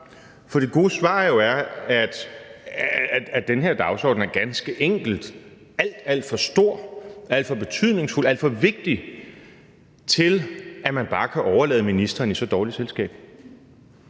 For det gode svar er jo, at den her dagsorden ganske enkelt er alt, alt for stor, alt for betydningsfuld, alt for vigtig til, at man bare kan overlade ministeren i så dårligt selskab.